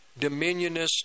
Dominionist